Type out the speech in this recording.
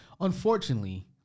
Unfortunately